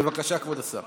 בבקשה, כבוד השר.